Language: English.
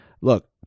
look